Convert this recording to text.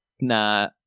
Nah